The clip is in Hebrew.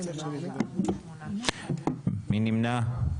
מי נמנע?